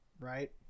right